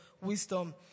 wisdom